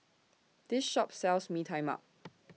This Shop sells Mee Tai Mak